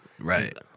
Right